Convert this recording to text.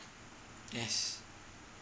yes